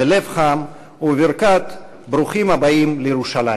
בלב חם ובברכת ברוכים הבאים לירושלים.